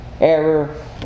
error